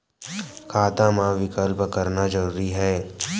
खाता मा विकल्प करना जरूरी है?